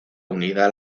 unida